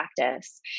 practice